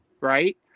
right